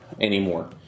anymore